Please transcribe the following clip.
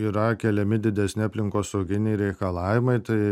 yra keliami didesni aplinkosauginiai reikalavimai tai